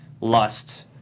Lust